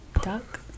Duck